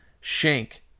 Shank